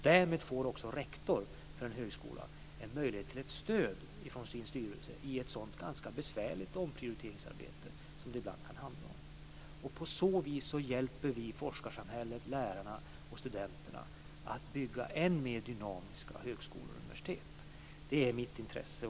Därmed får rektorn för en högskola möjlighet till ett stöd från sin styrelse i ett sådant ganska besvärligt omprioriteringsarbete som det ibland kan handla om. På så vis hjälper vi forskarsamhället, lärarna och studenterna att bygga än mer dynamiska högskolor och universitet. Det är mitt intresse.